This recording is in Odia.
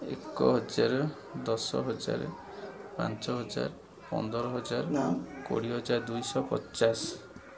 ଏକ ହଜାର ଦଶ ହଜାର ପାଞ୍ଚ ହଜାର ପନ୍ଦର ହଜାର କୋଡ଼ିଏ ହଜାର ଦୁଇଶହ ପଚାଶ